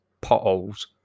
potholes